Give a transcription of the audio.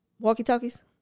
walkie-talkies